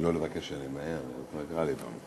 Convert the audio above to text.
לא לבקש שאני אמהר, זה כבר קרה לי פעם.